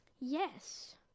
Yes